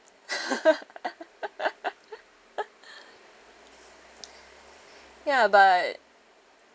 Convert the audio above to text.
ya but